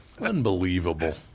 unbelievable